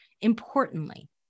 importantly